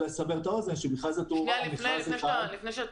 מכרז התאורה הוא מכרז אחד.